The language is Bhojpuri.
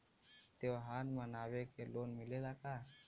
त्योहार मनावे के लोन मिलेला का?